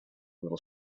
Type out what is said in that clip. little